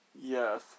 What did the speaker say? Yes